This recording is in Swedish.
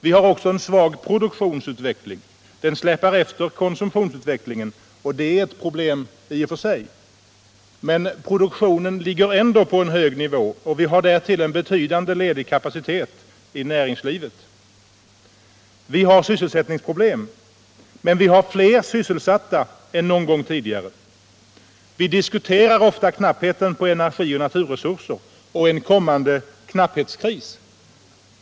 Vi har samtidigt en svag produktionsutveckling. Den släpar efter konsumtionsutvecklingen — och det är ett problem i och för sig. Men produktionen ligger ändå på hög nivå, och vi har därtill en betydande ledig kapacitet i näringslivet. Vi har sysselsättningsproblem, men vi har flera sysselsatta än någon gång tidigare. Vi diskuterar ofta knappheten på energi och naturresurser och en kommande kris.